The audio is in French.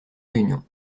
réunion